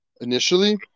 initially